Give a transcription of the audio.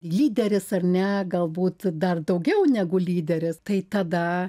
lyderis ar ne galbūt dar daugiau negu lyderis tai tada